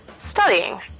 Studying